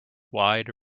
wide